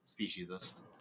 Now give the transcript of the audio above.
Speciesist